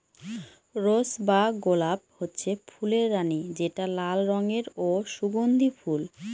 rose বা গলাপ হচ্ছে ফুলের রানী যেটা লাল রঙের ও সুগন্ধি ফুল